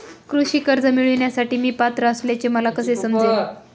कृषी कर्ज मिळविण्यासाठी मी पात्र असल्याचे मला कसे समजेल?